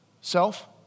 Self